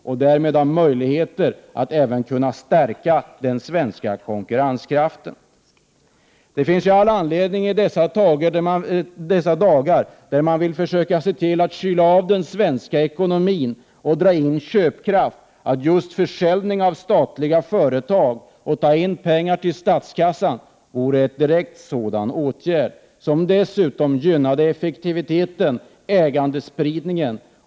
Därmed får man även möjligheter att stärka den svenska konkurrenskraften. I dessa dagar när man vill försöka kyla av den svenska ekonomin och dra in köpkraft finns det all anledning att försälja statliga företag och på så vis ta in pengar till statskassan. Det vore en åtgärd som även skulle gynna effektiviteten och ägandespridningen.